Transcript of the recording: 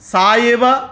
सा एव